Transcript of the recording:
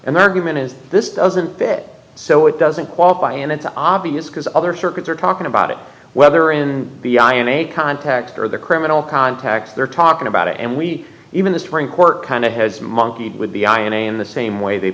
the argument is this doesn't fit so it doesn't qualify and it's obvious because other circuits are talking about it whether in be i in a context or the criminal context they're talking about it and we even the supreme court kind of has monkeyed would be i am the same way they